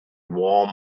warm